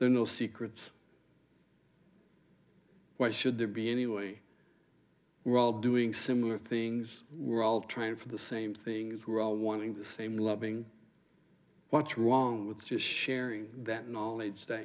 there are no secrets why should there be anyway we're all doing similar things we're all trying for the same things we're all wanting the same loving what's wrong with just sharing that knowledge stat